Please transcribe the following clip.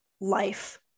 life